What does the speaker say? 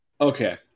Okay